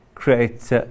Create